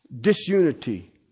disunity